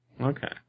Okay